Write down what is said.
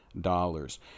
dollars